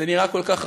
זה נראה כל כך רחוק,